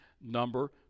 number